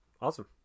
Awesome